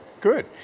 Good